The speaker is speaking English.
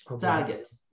target